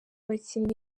abakinnyi